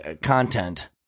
content